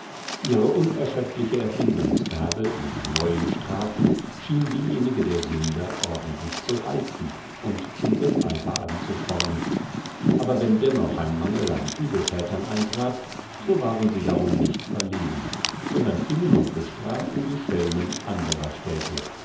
ihre unerschöpfliche erfindungsgabe in neuen strafen schien diejenige der sünder ordentlich zu reizen und zum wetteifer anzuspornen aber wenn dennoch ein mangel an übeltätern eintrat so waren sie darum nicht verlegen sondern fingen und bestraften die schelmen anderer städte